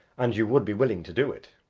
and you would be willing to do it.